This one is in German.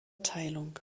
teilung